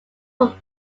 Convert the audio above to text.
from